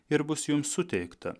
ir bus jums suteikta